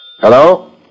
Hello